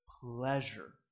pleasure